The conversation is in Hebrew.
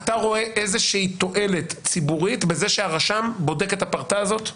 אתה רואה איזושהי תועלת ציבורית בזה שהרשם בודק את הפרטה הזאת?